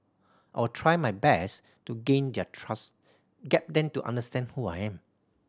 I'll try my best to gain their trust get them to understand who I am